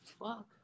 fuck